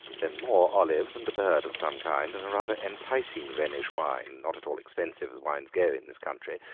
then more olives and a bird of some kind, and a rather enticing rhenish wine, not at all expensive as wines go in this country,